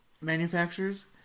manufacturers